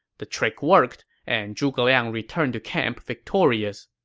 the trick worked, and zhuge liang returned to camp victorious.